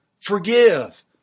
forgive